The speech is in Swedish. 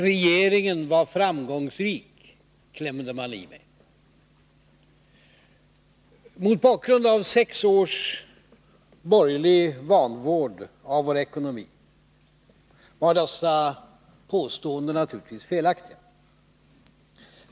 Regeringen var framgångsrik, klämde man i med. Mot bakgrunden av sex års borgerlig vanvård av vår ekonomi var dessa påståenden naturligtvis felaktiga.